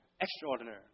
Extraordinary